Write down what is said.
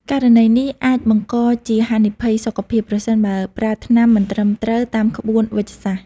ករណីនេះអាចបង្កជាហានិភ័យសុខភាព ប្រសិនបើប្រើថ្នាំមិនត្រឹមត្រូវតាមក្បួនវេជ្ជសាស្ត្រ។